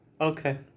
Okay